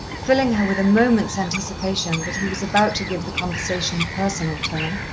filling her with a moment's anticipation that he was about to give the conversation a personal turn.